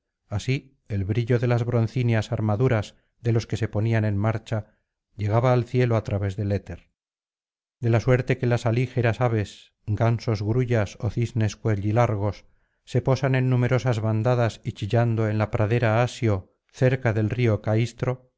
así el brillo de las broncíneas armaduras de los que se ponían en marcha llegaba al cielo á través del éter de la suerte que las alígeras aves gansos grullas ó cisnes cuellilargos se posan en numerosas bandadas y chillando en la pradera asió cerca del río